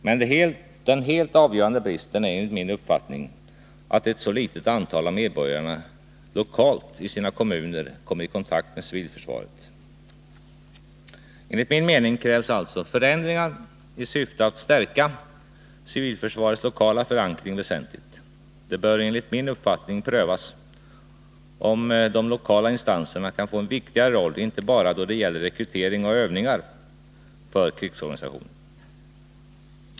Men den helt avgörande bristen är enligt min uppfattning att ett så litet antal av medborgarna lokalt i sina kommuner kommer i kontakt med civilförsvaret. Enligt min mening krävs alltså förändringar i syfte att stärka civilförsvarets lokala förankring väsentligt. Det bör enligt min uppfattning prövas om de lokala instanserna kan få en viktigare roll, inte bara då det gäller rekrytering och övningar för krigsorganisationen.